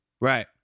Right